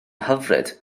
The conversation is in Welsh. hyfryd